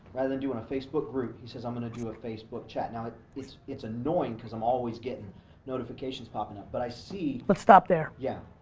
rather than doing a facebook group, he says i'm gonna do a facebook chat. and ah it's it's annoying because i'm always getting notifications popping up, but i see. let's stop there. yeah.